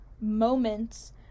moments